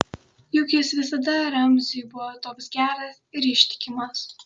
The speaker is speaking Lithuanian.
juk jis visada ramziui buvo toks geras ir ištikimas